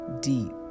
deep